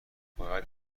باید